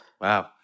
wow